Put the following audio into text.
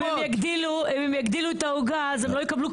אם הם יגדילו את העוגה אז הם לא יקבלו כלום,